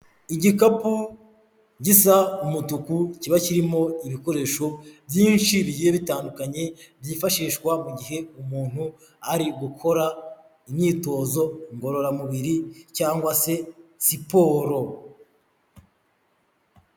Igikapu gisa umutuku kiba kirimo ibikoresho byinshi bigiye bitandukanye byifashishwa mu gihe umuntu ari gukora imyitozo ngororamubiri, cyangwa se siporo.